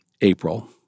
April